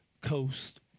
Coast